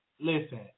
listen